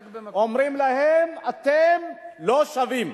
רק, אומרים להם: אתם לא שווים.